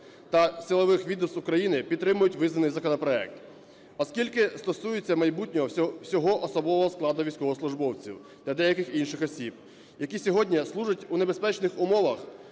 та силових відомств України підтримують визнаний законопроект, оскільки стосується майбутнього всього особового складу військовослужбовців та деяких інших осіб, які сьогодні служать у небезпечних умовах,